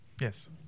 Yes